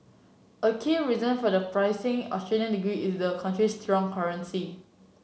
a key reason for the pricier Australian degree is the country's strong currency